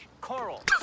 coral